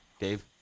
Dave